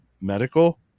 medical